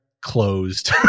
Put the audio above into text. closed